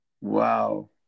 Wow